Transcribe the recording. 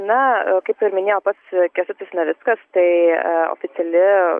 na kaip ir minėjo pats kęstutis navickas tai oficiali